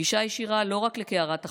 גישה ישירה לא רק לקערת החלב,